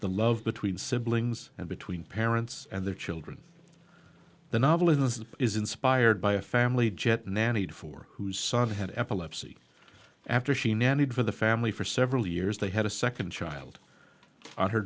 the love between siblings and between parents and their children the novel in this is inspired by a family jet nannied for whose son had epilepsy after she nannied for the family for several years they had a second child on her